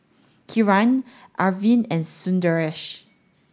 Kiran Arvind and Sundaresh